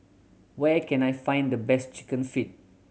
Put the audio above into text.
where can I find the best Chicken Feet